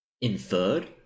inferred